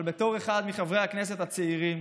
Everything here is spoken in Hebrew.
אבל בתור אחד מחברי הכנסת הצעירים